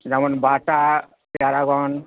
যেমন Bata Paragon